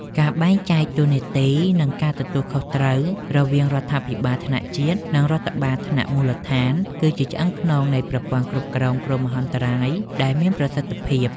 ការបែងចែកតួនាទី និងការទទួលខុសត្រូវរវាងរដ្ឋាភិបាលថ្នាក់ជាតិ និងរដ្ឋាភិបាលថ្នាក់មូលដ្ឋាន គឺជាឆ្អឹងខ្នងនៃប្រព័ន្ធគ្រប់គ្រងគ្រោះមហន្តរាយដែលមានប្រសិទ្ធភាព។